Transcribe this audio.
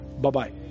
Bye-bye